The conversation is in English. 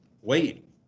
Wait